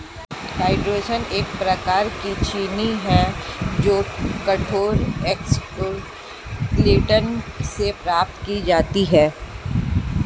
chitosan एक प्रकार की चीनी है जो कठोर एक्सोस्केलेटन से प्राप्त की जाती है